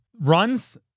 Runs